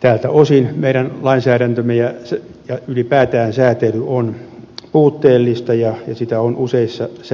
tältä osin meidän lainsäädäntömme ja ylipäätään säätely on puutteellista ja sitä on useissa säädöksissä